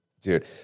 Dude